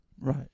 right